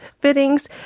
fittings